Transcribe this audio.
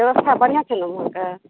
व्यवस्था बढ़िऑं छै ने वहाँके